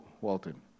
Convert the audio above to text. Walton